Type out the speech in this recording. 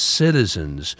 citizens